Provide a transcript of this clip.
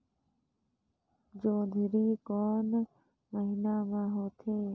जोंदरी कोन महीना म होथे?